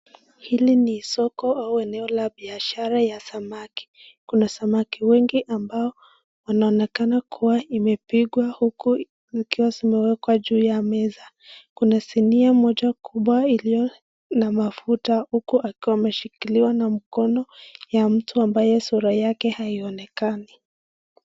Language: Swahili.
Hili ni soko ama eneo la biashara ya samaki kuna samaki wengi ambao wanaonekana kuwa imepigwa huku zikiwa zimewekwa juu ya meza. Kuna sinia moja kubwa iliyo na mafuta huku akiwa ameshikilia na mkono ya mtu ambaye sura yake haionekani.